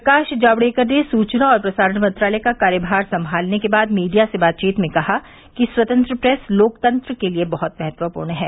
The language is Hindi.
प्रकाश जावड़ेकर ने सूचना और प्रसारण मंत्रालय का कार्यभार संभालाने के बाद मीडिया से बातचीत में कहा कि स्वतंत्र प्रेस लोकतंत्र के लिए बहुत महत्वपूर्ण है